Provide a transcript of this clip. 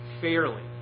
fairly